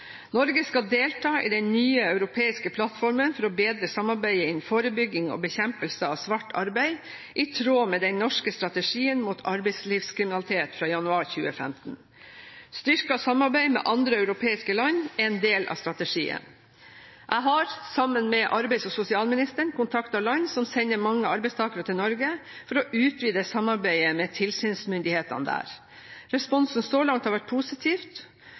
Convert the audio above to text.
Norge skal delta i den nye europeiske plattformen for å bedre samarbeidet innen forebygging og bekjempelse av svart arbeid, i tråd med den norske strategien mot arbeidslivskriminalitet fra januar 2015. Styrket samarbeid med andre europeiske land er en del av strategien. Jeg har, sammen med arbeids- og sosialministeren, kontaktet land som sender mange arbeidstakere til Norge, for å utvide samarbeidet med tilsynsmyndighetene der. Responsen så langt har vært